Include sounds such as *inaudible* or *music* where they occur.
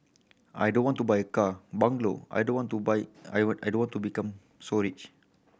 I don't want to buy a car bungalow I don't want to buy I *unintelligible* I don't want to become so rich